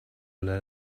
lead